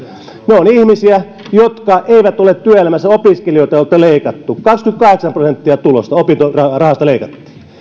ne ovat ihmisiä jotka eivät ole työelämässä ja opiskelijoita joilta on leikattu kaksikymmentäkahdeksan prosenttia opintorahasta on leikattu